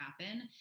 happen